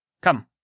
Come